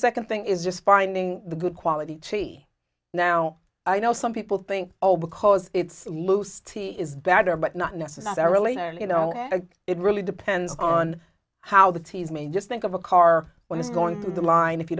second thing is just finding the good quality tree now i know some people think oh because it's loose tea is better but not necessarily you know it really depends on how the teasmade just think of a car when it's going through the line if you